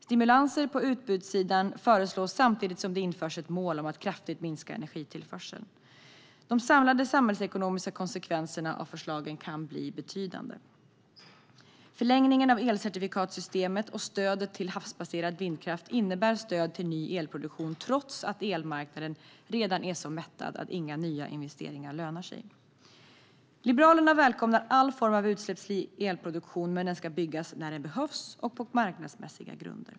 Stimulanser på utbudssidan föreslås samtidigt som det införs ett mål om att kraftigt minska energitillförseln. De samlade samhällsekonomiska konsekvenserna av förslagen kan bli betydande. Förlängningen av elcertifikatssystemet och stödet till havsbaserad vindkraft innebär stöd till ny elproduktion trots att elmarknaden redan är så mättad att inga nya investeringar lönar sig. Liberalerna välkomnar all form av utsläppsfri elproduktion, men den ska byggas när den behövs och på marknadsmässiga grunder.